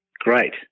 Great